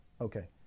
Okay